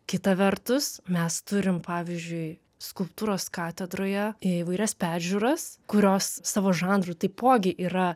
kita vertus mes turim pavyzdžiui skulptūros katedroje įvairias peržiūras kurios savo žanru taipogi yra